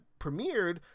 premiered